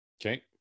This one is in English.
okay